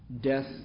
death